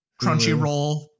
Crunchyroll